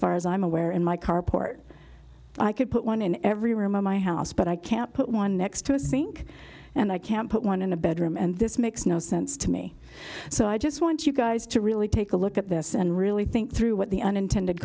far as i'm aware in my carport i could put one in every room in my house but i can't put one next to a sink and i can't put one in a bedroom and this makes no sense to me so i just want you guys to really take a look at this and really think through what the unintended